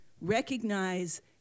recognize